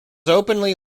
openly